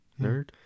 nerd